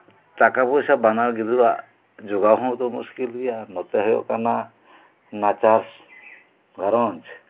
ᱴᱟᱠᱟ ᱯᱚᱭᱥᱟ ᱵᱟᱱᱟᱨ ᱜᱤᱫᱽᱨᱟᱹ ᱟᱜ ᱡᱚᱜᱟᱣ ᱦᱚᱛᱚ ᱢᱩᱥᱠᱤᱞ ᱜᱮᱭᱟ ᱱᱚᱛᱮ ᱦᱩᱭᱩᱜ ᱠᱟᱱᱟ ᱱᱟᱪᱟᱨ ᱜᱷᱟᱸᱨᱚᱧᱡᱽ